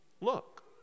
look